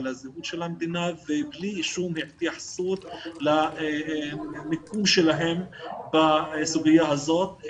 על הזהות של המדינה ובלי שום התייחסות למיקום שלהם בסוגיה הזאת,